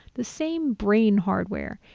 the same brain hardware,